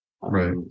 Right